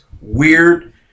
weird